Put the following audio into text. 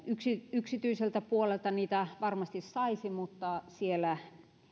yksityiseltä puolelta niitä varmasti saisi mutta siellä